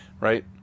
Right